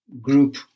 group